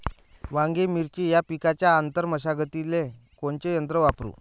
वांगे, मिरची या पिकाच्या आंतर मशागतीले कोनचे यंत्र वापरू?